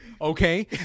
okay